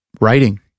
writing